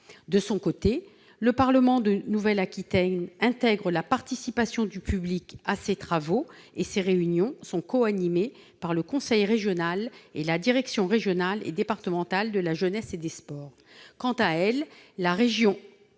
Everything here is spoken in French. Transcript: De son côté, le parlement du sport de Nouvelle-Aquitaine intègre la participation du public à ses travaux, et ses réunions sont co-animées par le conseil régional et la direction régionale et départementale de la jeunesse, des sports